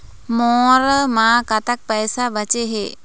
मोर म कतक पैसा बचे हे?